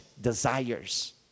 desires